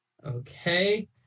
Okay